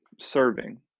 serving